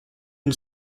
une